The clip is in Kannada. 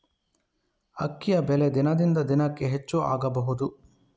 ಅಕ್ಕಿಯ ಬೆಲೆ ದಿನದಿಂದ ದಿನಕೆ ಹೆಚ್ಚು ಆಗಬಹುದು?